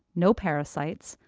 no parasites,